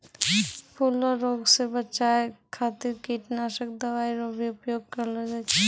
फूलो रो रोग से बचाय खातीर कीटनाशक दवाई रो भी उपयोग करलो जाय छै